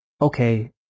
okay